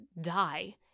die